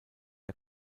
der